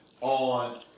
on